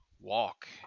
walk